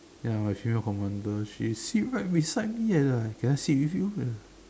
yeah but she's not commander she sit right beside me eh like can I sit with you